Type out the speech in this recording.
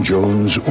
Jones